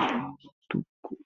atukura.